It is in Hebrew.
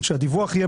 שהדיווח יהיה